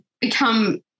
become